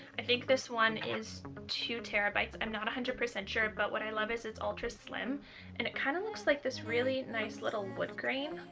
i think this one is two terabytes. i'm not a hundred percent sure but what i love is it's ultra slim and it kind of looks like this really nice little woodgrain.